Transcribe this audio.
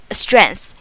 strength